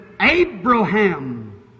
Abraham